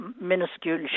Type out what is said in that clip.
minuscule